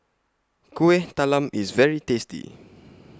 Kuih Talam IS very tasty